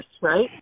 right